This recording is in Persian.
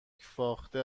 فاخته